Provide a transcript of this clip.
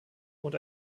und